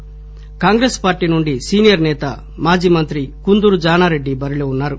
ఇక కాంగ్రెస్ పార్టీ నుంచి సీనియర్ సేత మాజీ మంత్రి కుందూరు జానారెడ్డి బరిలో ఉన్నారు